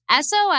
SOS